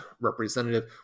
representative